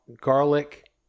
garlic